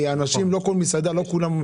לא כל מסעדה שווה לשנייה,